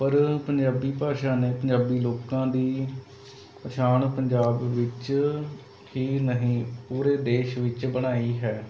ਪਰ ਪੰਜਾਬੀ ਭਾਸ਼ਾ ਨੇ ਪੰਜਾਬੀ ਲੋਕਾਂ ਦੀ ਪਛਾਣ ਪੰਜਾਬ ਵਿੱਚ ਹੀ ਨਹੀਂ ਪੂਰੇ ਦੇਸ਼ ਵਿੱਚ ਬਣਾਈ ਹੈ